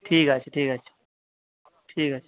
ঠিক আছে ঠিক আছে ঠিক আছে